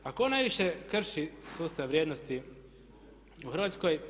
A tko najviše krši sustav vrijednosti u Hrvatskoj?